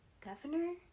governor